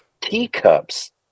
teacups